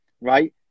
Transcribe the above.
right